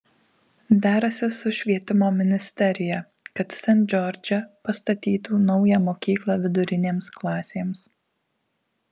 derasi su švietimo ministerija kad sent džordže pastatytų naują mokyklą vidurinėms klasėms